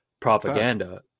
propaganda